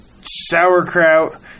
sauerkraut